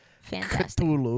Fantastic